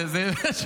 זה,